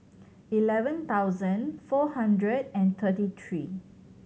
eleven thousand four hundred and thirty three